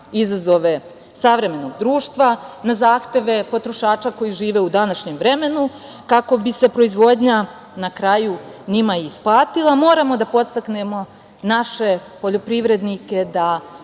izazove savremenog društva, na zahteve potrošača koji žive u današnjem vremenu kako bi se proizvodnja na kraju njima i isplatila moramo da podstaknemo naše poljoprivrednike da